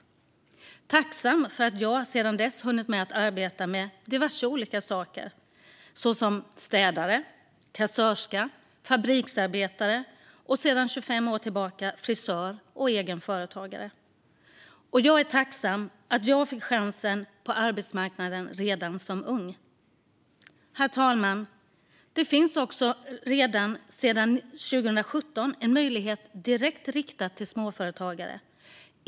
Jag är tacksam över att jag sedan dess har hunnit med att arbeta med diverse olika saker, såsom städare, kassörska, fabriksarbetare och sedan 25 år tillbaka frisör och egen företagare. Jag är tacksam över att jag fick chansen på arbetsmarknaden redan som ung. Herr talman! Det finns sedan 2017 också en möjlighet direkt riktad till småföretagare.